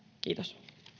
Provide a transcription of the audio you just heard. kiitos